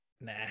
nah